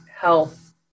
health